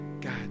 God